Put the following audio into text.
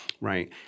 right